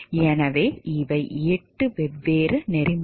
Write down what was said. எனவே இவை எட்டு வெவ்வேறு நெறிமுறைகள்